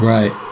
Right